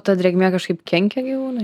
ta drėgmė kažkaip kenkia gyvūnui